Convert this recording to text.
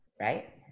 right